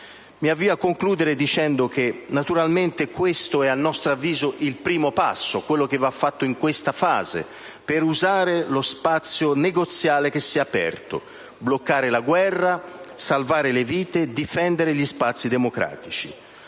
Mi avvio a concludere dicendo che, a nostro avviso, questo è il primo passo, quello che va fatto in questa fase per usare lo spazio negoziale che si è aperto, bloccare la guerra, salvare le vite e difendere gli spazi democratici.